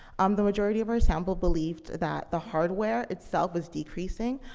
um, the majority of our sample believed that the hardware itself was decreasing.